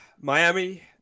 Miami